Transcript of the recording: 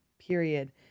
period